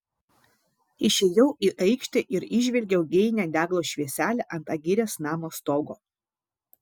išėjau į aikštę ir įžvelgiau geinią deglo švieselę ant agirės namo stogo